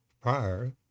prior